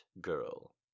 girl